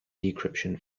decryption